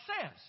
says